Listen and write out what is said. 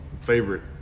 favorite